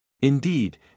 Indeed